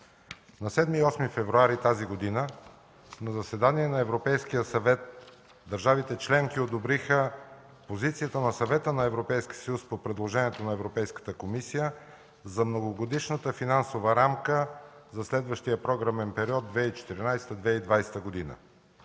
На 7 и 8 февруари тази година на заседание на Европейския съвет държавите членки одобриха позицията на Съвета на Европейския съюз по предложението на Европейската комисия за Многогодишната финансова рамка за следващия програмен период 2014-2020 г.,